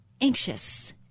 anxious